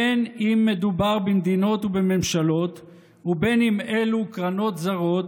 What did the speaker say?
בין שמדובר במדינות ובממשלות ובין שאלו קרנות זרות,